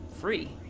free